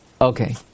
Okay